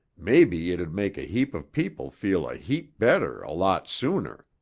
maybe it'd make a heap of people feel a heap better a lot sooner.